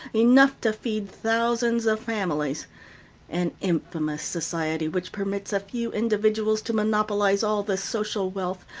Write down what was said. enough to feed thousands of families an infamous society which permits a few individuals to monopolize all the social wealth,